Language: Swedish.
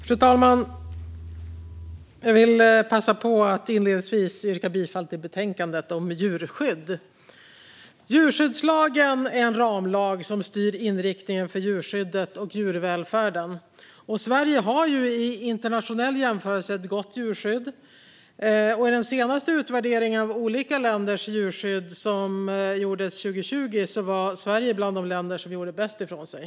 Fru talman! Jag vill inledningsvis passa på att yrka bifall till utskottets förslag i betänkandet om djurskydd. Djurskyddslagen är en ramlag som styr inriktningen för djurskyddet och djurvälfärden. Sverige har i internationell jämförelse ett gott djurskydd. I den senaste utvärderingen av olika länders djurskydd, som gjordes 2020, var Sverige bland de länder som gjorde bäst ifrån sig.